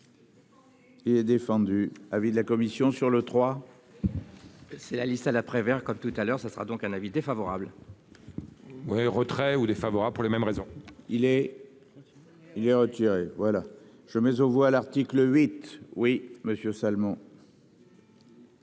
Et défendu avis de la commission sur le trois. C'est la liste à la Prévert comme tout à l'heure, ça sera donc un avis défavorable. Ouais. Retrait ou défavorable pour les mêmes raisons. Il est. Il est retiré. Voilà je mets aux voix l'article 8. Oui Monsieur Salmon.